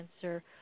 cancer